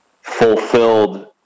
fulfilled